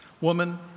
Woman